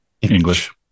English